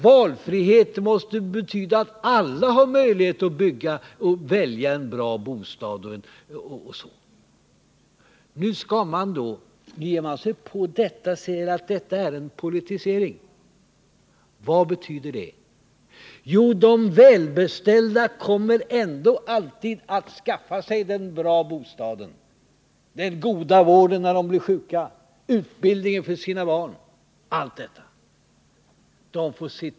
Valfrihet måste betyda att alla har möjlighet att få utbildning, att välja en bra bostad osv. Nu ger man sig på detta och säger att det är en politisering. Vad betyder det? Jo, de välbeställda kommer ändå alltid att skaffa sig den bättre bostaden, den goda vården när de blir sjuka, utbildningen för sina barn — allt detta.